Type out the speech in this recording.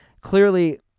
Clearly